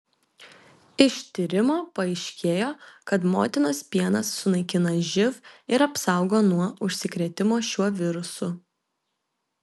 iš tyrimo paaiškėjo kad motinos pienas sunaikina živ ir apsaugo nuo užsikrėtimo šiuo virusu